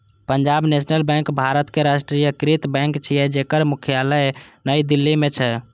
Punjab national bank भारतक राष्ट्रीयकृत bank छियै, जेकर मुख्यालय नई दिल्ली मे छै